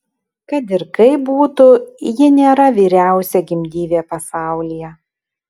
kad ir kaip būtų ji nėra vyriausia gimdyvė pasaulyje